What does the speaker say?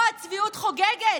פה הצביעות חוגגת.